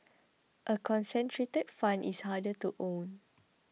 a concentrated fund is harder to own